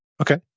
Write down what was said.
Okay